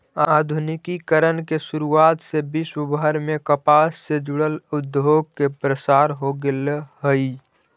आधुनिकीकरण के शुरुआत से विश्वभर में कपास से जुड़ल उद्योग के प्रसार हो गेल हई